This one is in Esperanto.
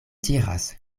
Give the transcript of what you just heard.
diras